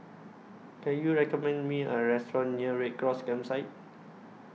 Can YOU recommend Me A Restaurant near Red Cross Campsite